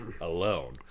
alone